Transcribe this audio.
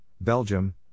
Belgium